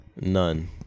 None